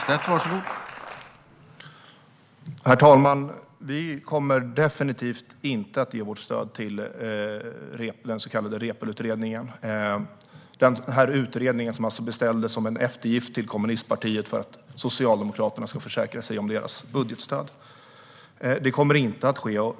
Herr talman! Vi kommer definitivt inte att ge vårt stöd till den så kallade Reepaluutredningen, som beställdes som en eftergift till kommunistpartiet för att Socialdemokraterna skulle försäkra sig om dess budgetstöd. Det kommer inte att ske.